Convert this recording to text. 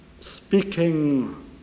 speaking